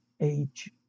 age